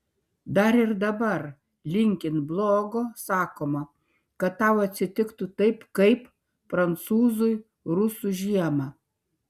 dar ir dabar linkint blogo sakoma kad tau atsitiktų taip kaip prancūzui rusų žiemą